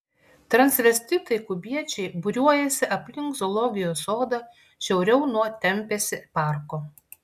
transvestitai kubiečiai būriuojasi aplink zoologijos sodą šiauriau nuo tempėsi parko